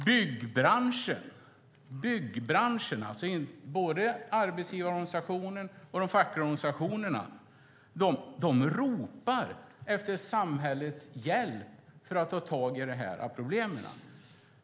Byggbranschen, både arbetsgivarorganisationen och de fackliga organisationerna ropar efter samhällets hjälp för att ta tag i dessa problem.